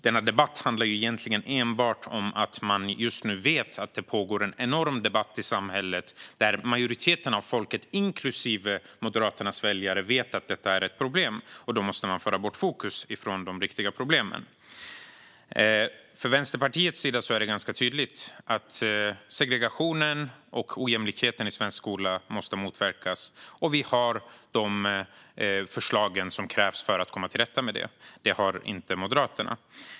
Denna debatt handlar egentligen enbart om att man just nu vet att det pågår en enorm debatt i samhället där majoriteten av folket, inklusive Moderaternas väljare, vet att detta är ett problem. Då måste man föra bort fokus från de viktiga problemen. Från Vänsterpartiets sida är det ganska tydligt att segregationen och ojämlikheten i svensk skola måste motverkas. Vi har de förslag som krävs för att komma till rätta med det, och det har inte Moderaterna.